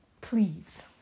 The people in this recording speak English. please